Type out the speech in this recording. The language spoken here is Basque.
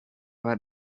bat